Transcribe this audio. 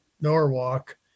Norwalk